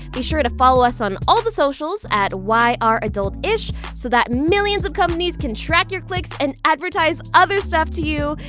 be sure to follow us on all the socials at ah yradultish so that millions of companies can track your clicks and advertise other stuff to you.